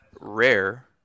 rare